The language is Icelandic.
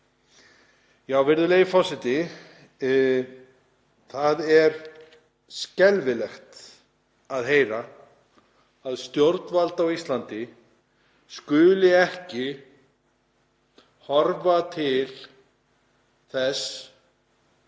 “ Virðulegi forseti. Það er skelfilegt að heyra að stjórnvald á Íslandi skuli ekki horfa til þessa